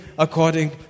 according